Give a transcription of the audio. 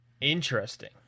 Interesting